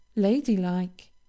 ladylike